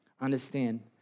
understand